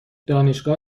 دانشگاه